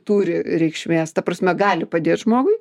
turi reikšmės ta prasme gali padėt žmogui